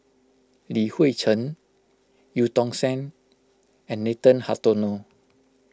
Li Hui Cheng Eu Tong Sen and Nathan Hartono